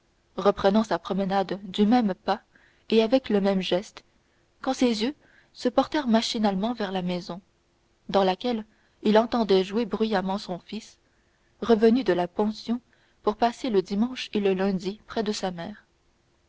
reprenant sa promenade du même pas et avec le même geste quand ses yeux se portèrent machinalement vers la maison dans laquelle il entendait jouer bruyamment son fils revenu de la pension pour passer le dimanche et le lundi près de sa mère